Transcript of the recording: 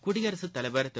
குடியரசுத் தலைவா் திரு